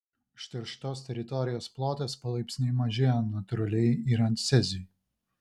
užterštos teritorijos plotas palaipsniui mažėja natūraliai yrant ceziui